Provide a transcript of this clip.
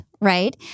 right